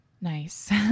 nice